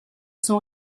son